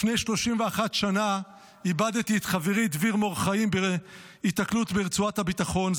לפני 31 שנה איבדתי את חברי דביר מור-חיים בהיתקלות ברצועת הביטחון.